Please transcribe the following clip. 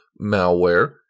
malware